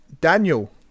Daniel